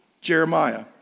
Jeremiah